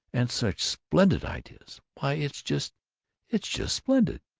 and such splendid ideas! why, it's just it's just splendid!